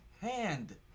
hand